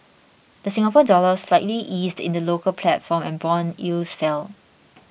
the Singapore Dollar slightly eased in the local platform and bond yields fell